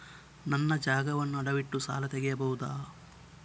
ನನ್ನ ಜಾಗವನ್ನು ಅಡವಿಟ್ಟು ಸಾಲ ತೆಗೆಯಬಹುದ?